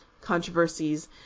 controversies